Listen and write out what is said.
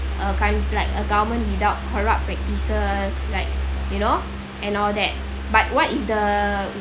uh current like a government without corrupt practices like you know and all that but what if the